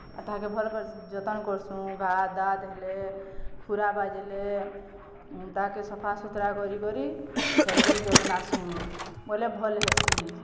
ଆଉ ତାହାକେ ଭଲ ଯତନ୍ କର୍ସୁଁ ଘା' ଦାଦ୍ ହେଲେ ଖୁରା ବାଜ୍ଲେ ତାକେ ସଫା ସୁୁତ୍ରା କରି କରି ଭଲ୍ କରି ଯତ୍ନାସୁଁ ବଏଲେ ଭଲ୍ ହେସି